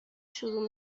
شروع